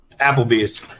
Applebee's